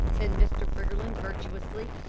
said mr. briggerland virtuously,